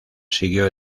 siguió